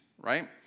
right